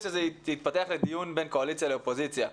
שזה יתפתח לדיון בין קואליציה לאופוזיציה.